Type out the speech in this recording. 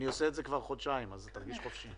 אני עושה את זה כבר חודשיים אז תרגיש חופשי.